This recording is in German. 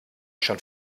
schon